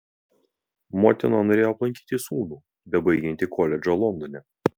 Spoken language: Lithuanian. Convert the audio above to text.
motina norėjo aplankyti sūnų bebaigiantį koledžą londone